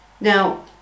Now